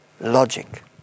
logic